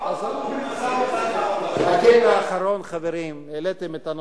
פחות חמור ממשא-ומתן עם ערפאת.